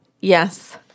yes